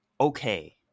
Okay